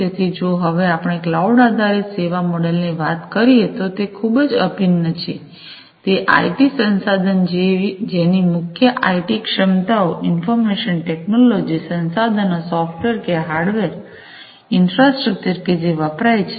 તેથી જો હવે આપણે ક્લાઉડ આધારીત સેવા મોડલની વાત કરીએ તો તે ખૂબ જ અભિન્ન છે તે આઇટી સંસાધન જેની મુખ્ય આઇટી ક્ષમતાઑ ઇન્ફોર્મેશન ટેક્નોલોજી સંસાધનો સૉફ્ટવેર કે હાર્ડવેર ઈન્ફ્રાસ્ટ્રક્ચર કે જે વપરાય છે